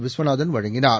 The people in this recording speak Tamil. விஸ்வநாதன் வழங்கினார்